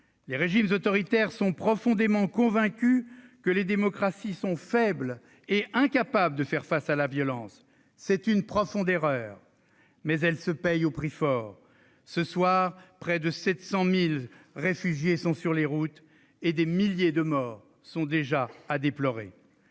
Les régimes autoritaires sont profondément convaincus que les démocraties sont faibles et incapables de faire face à la violence. C'est une profonde erreur, mais elle se paye au prix fort. Ce soir, près de 700 000 réfugiés sont sur les routes et des milliers de morts sont déjà à déplorer.